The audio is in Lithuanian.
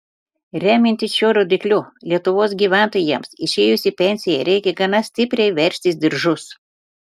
remiantis šiuo rodikliu lietuvos gyventojams išėjus į pensiją reikia gana stipriai veržtis diržus